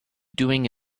doing